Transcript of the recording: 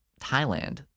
Thailand